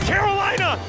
Carolina